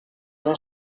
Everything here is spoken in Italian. non